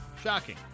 Shocking